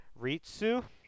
Ritsu